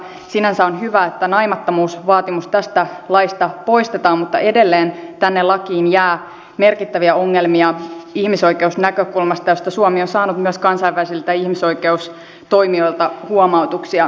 sinänsä on hyvä että naimattomuusvaatimus tästä laista poistetaan mutta edelleen tänne lakiin jää merkittäviä ongelmia ihmisoikeusnäkökulmasta mistä suomi on saanut myös kansainvälisiltä ihmisoikeustoimijoilta huomautuksia